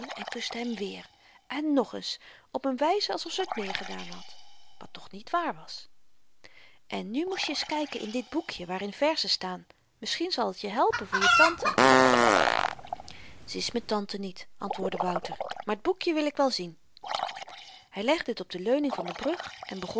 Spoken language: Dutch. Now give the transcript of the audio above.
en kuste hem weêr en nog eens op n wyze alsof ze t meer gedaan had wat toch niet waar was en nu moest je eens kyken in dit boekje waarin verzen staan mischien zal t je helpen voor je tante ze is m'n tante niet antwoordde wouter maar t boekje wil ik wel zien hy legde t op de leuning van de brug en begon